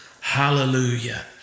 Hallelujah